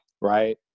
Right